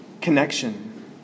Connection